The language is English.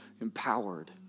empowered